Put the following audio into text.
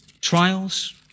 trials